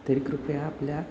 तरी कृपया आपल्या